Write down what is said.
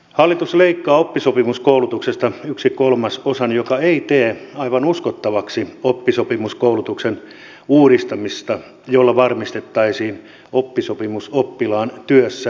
hallitus leikkaa oppisopimuskoulutuksesta yhden kolmasosan mikä ei tee aivan uskottavaksi oppisopimuskoulutuksen uudistamista jolla varmistettaisiin oppisopimusoppilaan työssäoppiminen